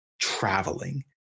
traveling